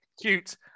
cute